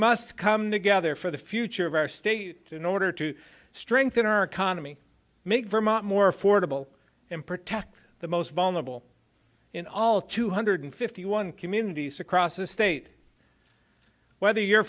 must come together for the future of our state in order to strengthen our economy make vermont more affordable and protect the most vulnerable in all two hundred fifty one communities across the state whether you're